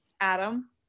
Adam